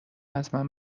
ازمن